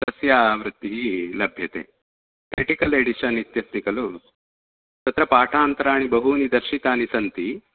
तस्य आवृत्तिः लभ्यते क्रिटिकल् एडिशन् इत्यस्ति खलु तत्र पाठान्तराणि बहूनि दर्शितानि सन्ति